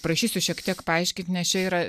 prašysiu šiek tiek paaiškint nes čia yra